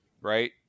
right